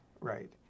Right